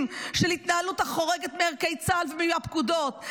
של התנהלות החורגת מערכי צה"ל ומהפקודות,